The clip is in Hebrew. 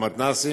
במתנ"סים,